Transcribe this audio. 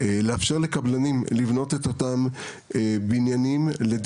לאפשר לקבלנים לבנות את אותם הבניינים ואת